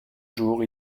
jours